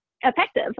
effective